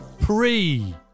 pre-